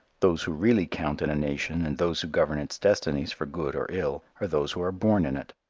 those who really count in a nation and those who govern its destinies for good or ill are those who are born in it.